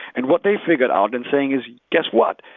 and what they figure out and saying is, guess what?